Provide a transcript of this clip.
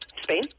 Spain